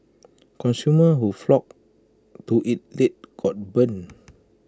consumers who flocked to IT late got burned